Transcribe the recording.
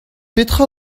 petra